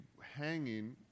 hanging